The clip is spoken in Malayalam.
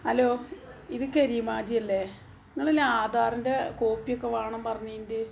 ഹലോ ഇത് കരീം ഹാജിയല്ലേ നിങ്ങളല്ലേ ആധാറിൻ്റെ കോപ്പിയൊക്കെ വേണം പറഞ്ഞിൻറ്റ്